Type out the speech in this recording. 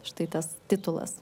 štai tas titulas